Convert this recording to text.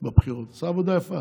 לא הבאת.